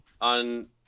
on